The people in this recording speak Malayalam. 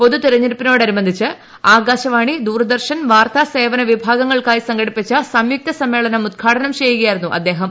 പൊതു തെരഞ്ഞെടുപ്പിനോടനുബന്ധിച്ച് ആകാശവാണി ദൂരദർശൻ വാർത്താ സേവന വിഭാഗങ്ങൾക്കായി സംഘടിപ്പിച്ചു സംയുക്ത സമ്മേളനം ഉദ്ഘാടനം ചെയ്യുകയായിരുന്നു അദ്ദേഹം